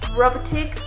robotic